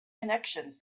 connections